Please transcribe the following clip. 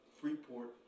Freeport